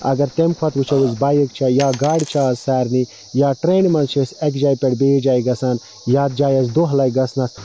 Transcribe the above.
اَگر تمہِ کھۄتہٕ وٕچھو أسۍ بایک چھِ یا گاڑِ چھِ آز سارنٕے یا ٹرینہِ مَنٛز چھِ أسۍ اَکہِ جایہِ پیٹھِ بیٚیِس جایہِ گَژھان یتھ جایہِ اَسہِ دۄہ لَگہِ گَژھنَس